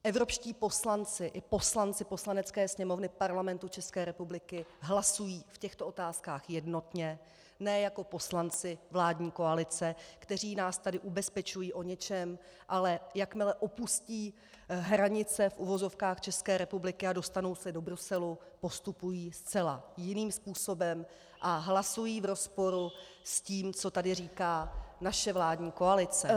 Evropští poslanci i poslanci Poslanecké sněmovny Parlamentu České republiky hlasují v těchto otázkách jednotně, ne jako poslanci vládní koalice, kteří nás tady ubezpečuji o něčem, ale jakmile opustí hranice v uvozovkách České republiky a dostanou se do Bruselu, postupují zcela jiným způsobem a hlasují v rozporu s tím, co tady říká naše vládní koalice.